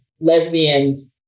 lesbians